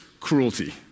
cruelty